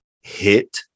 hit